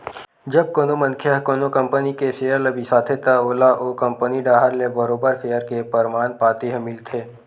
जब कोनो मनखे ह कोनो कंपनी के सेयर ल बिसाथे त ओला ओ कंपनी डाहर ले बरोबर सेयर के परमान पाती ह मिलथे